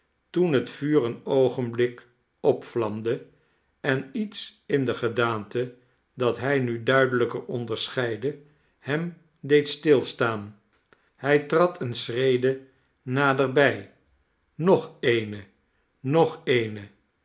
toen het vuur een oogenblik opvlamde en iets in de gedaante dat hij nu duidelijker onderscheidde hem deed stilstaan hij trad eene schrede naderbij nog eene nog eene